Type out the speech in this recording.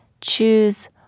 choose